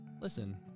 Listen